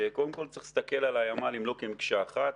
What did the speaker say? שקודם כול צריך להסתכל על הימ"לים לא כמקשה אחת,